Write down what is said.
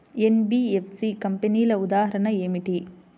NBFC కంపెనీల ఉదాహరణ ఏమిటి?